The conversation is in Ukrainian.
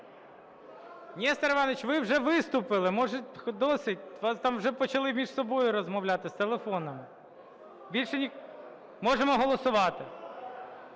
Нестор Іванович, ви вже виступили. Може досить? У вас там вже почали вже між собою розмовляти, з телефоном. Можемо голосувати?